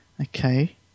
Okay